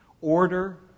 order